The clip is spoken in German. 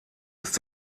ist